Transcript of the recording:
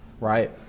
right